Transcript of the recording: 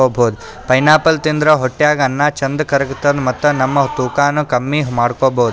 pineapple ತಿಂದ್ರ್ ಹೊಟ್ಟ್ಯಾಗ್ ಅನ್ನಾ ಚಂದ್ ಕರ್ಗತದ್ ಮತ್ತ್ ನಮ್ ತೂಕಾನೂ ಕಮ್ಮಿ ಮಾಡ್ಕೊಬಹುದ್